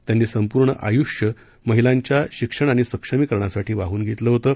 त्यांनी संपूर्ण आयूष्य महिलांच्या शिक्षण आणि सक्षमिकरणासाठी वाहून घेतलं होतं